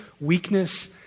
weakness